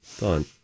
Done